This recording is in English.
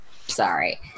Sorry